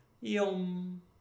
Yum